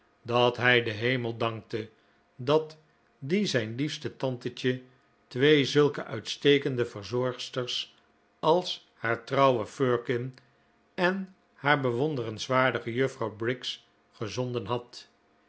dat hij den hemel dankte dat die zijn liefste tantetje twee zulke uitstekende verzorgsters als haar trouwe firkin en haar bewonderenswaardige juffrouw briggs gezonden had